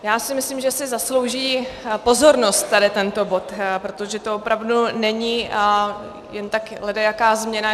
Já si myslím, že si zaslouží pozornost tady tento bod, protože to opravdu není jen tak ledajaká změna.